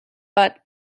but